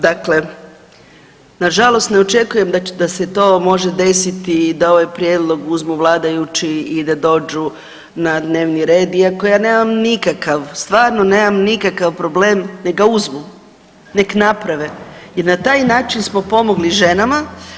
Dakle, nažalost ne očekujem da se to može desiti i da ovaj prijedlog uzmu vladajući i da dođu na dnevni red, iako ja nemam nikakav, stvarno nemam nikakav problem nek ga uzmu, nek naprave jel na taj način smo pomogli ženama.